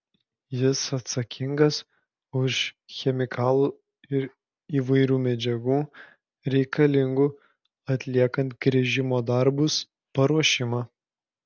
jis atsakingas už chemikalų ir įvairių medžiagų reikalingų atliekant gręžimo darbus paruošimą